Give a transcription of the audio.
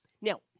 now